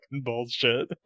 bullshit